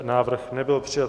Návrh nebyl přijat.